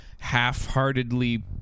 half-heartedly